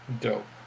Dope